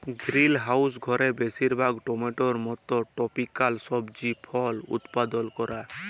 greenhouse ঘরে বেশিরভাগ টমেটোর মত টরপিক্যাল সবজি ফল উৎপাদল ক্যরা